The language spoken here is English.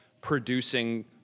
producing